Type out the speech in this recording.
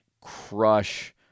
crush